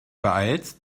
beeilst